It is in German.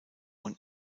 und